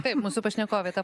taip mūsų pašnekovė ta